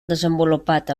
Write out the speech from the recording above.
desenvolupat